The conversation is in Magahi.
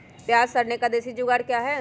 प्याज रखने का देसी जुगाड़ क्या है?